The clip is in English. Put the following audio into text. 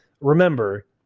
remember